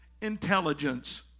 intelligence